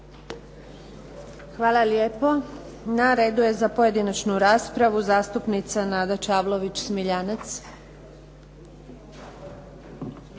Hvala lijepo. Na redu je za pojedinačnu raspravu zastupnica Nada Čavlović Smiljanec.